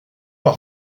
par